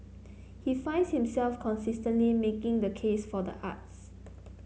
he finds himself consistenly making the case for the arts